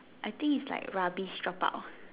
I think is like rubbish dropout